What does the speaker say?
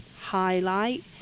highlight